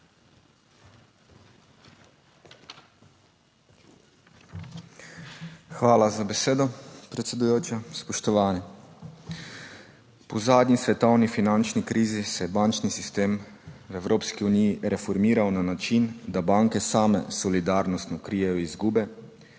Hvala za besedo, predsedujoča. Spoštovani! Po zadnji svetovni finančni krizi se je bančni sistem v Evropski uniji reformiral na način, da banke same solidarnostno krijejo izgube,